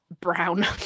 Brown